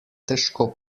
težko